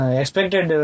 expected